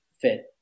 fit